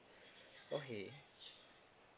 okay